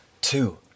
two